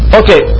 okay